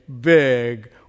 big